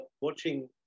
watching